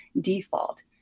default